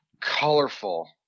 colorful